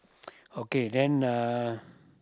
okay then uh